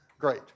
great